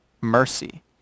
mercy